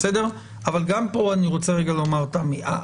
אבל גם כאן תמי, אני רוצה לומר לך משהו.